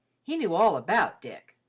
he knew all about dick.